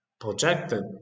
projected